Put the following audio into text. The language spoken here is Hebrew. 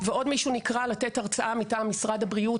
ועוד מישהו נקרא לתת הרצאה מטעם משרד הבריאות